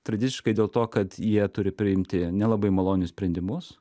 tradiciškai dėl to kad jie turi priimti nelabai malonius sprendimus